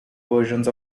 versions